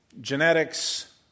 genetics